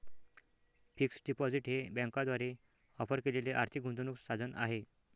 fixed deposit हे बँकांद्वारे offer केलेले आर्थिक गुंतवणूक साधन आहे